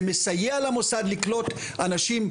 זה מסייע למוסד לקלוט אנשים.